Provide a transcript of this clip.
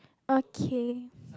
okay